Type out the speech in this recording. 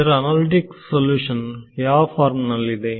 ಇದರ analytics solution ಯಾವ form ನಲ್ಲಿದೆ